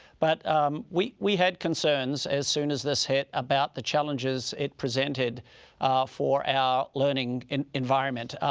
but um we we had concerns as soon as this hit about the challenges it presented for our learning and environment.